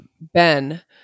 Ben